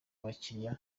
bakiriya